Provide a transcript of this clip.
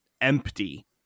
empty